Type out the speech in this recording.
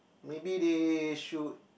maybe they should